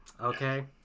okay